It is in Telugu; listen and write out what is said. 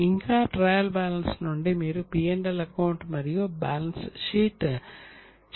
ఇంకా ట్రయల్ బ్యాలెన్స్ నుండి మీరు P L అకౌంట్ మరియు బ్యాలెన్స్ షీట్ చేయవచ్చు